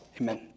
Amen